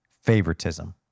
favoritism